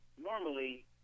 normally